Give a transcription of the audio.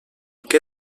que